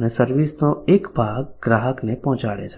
અને સર્વિસ નો એક ભાગ ગ્રાહકને પહોંચાડે છે